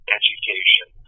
education